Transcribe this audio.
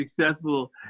successful